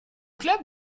club